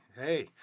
hey